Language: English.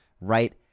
right